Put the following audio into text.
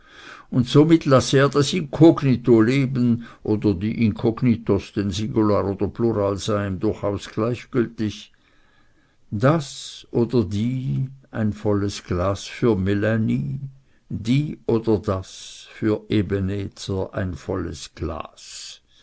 und somit lasse er das inkognito leben oder die inkognitos denn singular oder plural sei ihm durchaus gleichgültig das oder die ein volles glas für melanie die oder das für ebenezer ein volles glas